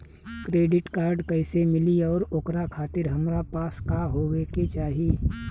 Credit card कैसे मिली और ओकरा खातिर हमरा पास का होए के चाहि?